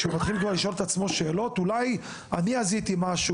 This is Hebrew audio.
כשהוא מתחיל כבר לשאול את עצמו שאלות: אולי אני עשיתי משהו?